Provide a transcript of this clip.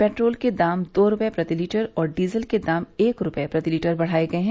petrol के दाम दो रूपये प्रति लीटर और डीजल के दाम एक रूपये प्रति लीटर बढ़ाए गए हैं